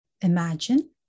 Imagine